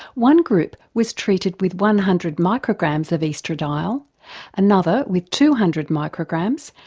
one group was treated with one hundred micrograms of oestradiol, another with two hundred micrograms,